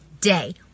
day